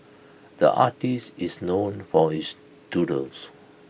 the artist is known for his doodles